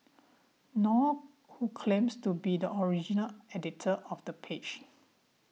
nor who claims to be the original editor of the page